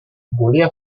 volia